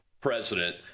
president